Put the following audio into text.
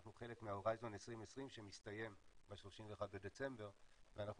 אנחנו חלק מההורייזן 2020 שמסתיים ב-31 בדצמבר ואנחנו